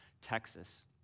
Texas